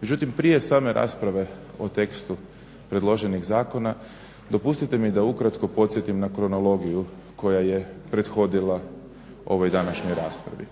Međutim, prije same rasprave o tekstu predloženih zakona dopustite mi da ukratko podsjetim na kronologiju koja je prethodila ovoj današnjoj raspravi.